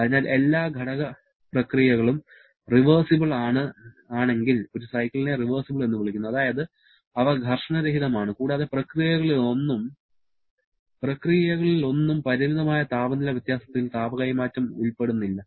അതിനാൽ എല്ലാ ഘടക പ്രക്രിയകളും റിവേർസിബിൾ ആണെങ്കിൽ ഒരു സൈക്കിളിനെ റിവേർസിബിൾ എന്ന് വിളിക്കുന്നു അതായത് അവ ഘർഷണരഹിതമാണ് കൂടാതെ പ്രക്രിയകളിലൊന്നും പരിമിതമായ താപനില വ്യത്യാസത്തിൽ താപ കൈമാറ്റം ഉൾപ്പെടുന്നില്ല